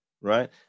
right